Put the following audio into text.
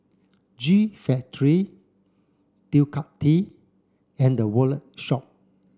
G Factory Ducati and The Wallet Shop